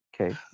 Okay